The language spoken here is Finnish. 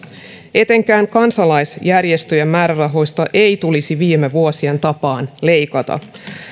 etenkään kansalaisjärjestöjen määrärahoista ei tulisi viime vuosien tapaan leikata